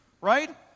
right